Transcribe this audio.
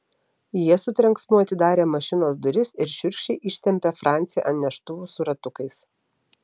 jie su trenksmu atidarė mašinos duris ir šiurkščiai ištempė francį ant neštuvų su ratukais